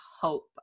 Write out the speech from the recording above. hope